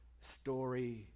story